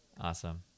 Awesome